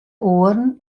oaren